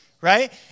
right